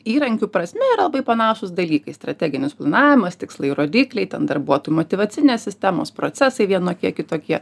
įrankių prasme yra labai panašūs dalykai strateginis planavimas tikslai rodikliai ten darbuotojų motyvacinės sistemos procesai vienokie kitokie